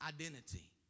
identity